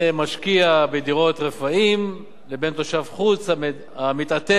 רפאים לבין תושב חוץ המתעתד בתוך זמן קצר,